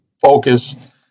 focus